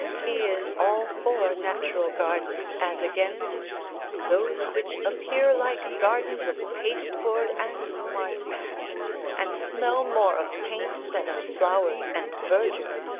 he is all for natural gardens as against those which appear like gardens of paste-board and march-pane, and smell more of paint than of flowers and verdure.